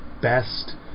best